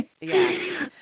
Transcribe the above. Yes